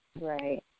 Right